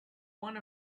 one